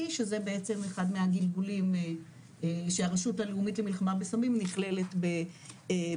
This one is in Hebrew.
שזה בעצם אחד מהגלגולים שהרשות הלאומית למלחמה בסמים נכללת בתוכה.